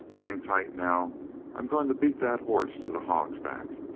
hang tight, now i'm going to beat that horse to the hog's back.